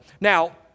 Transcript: Now